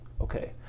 okay